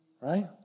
Right